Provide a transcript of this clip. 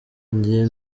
njye